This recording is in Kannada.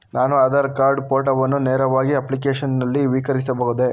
ನಾನು ನನ್ನ ಆಧಾರ್ ಕಾರ್ಡ್ ಫೋಟೋವನ್ನು ನೇರವಾಗಿ ಅಪ್ಲಿಕೇಶನ್ ನಲ್ಲಿ ನವೀಕರಿಸಬಹುದೇ?